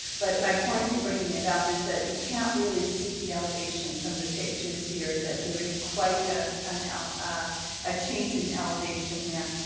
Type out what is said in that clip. but my point in bringing it up is that you can't really see the elevation from the pictures here, that there is quite ah and ah ah a change in elevation there.